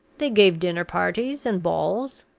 they gave dinner-parties and balls.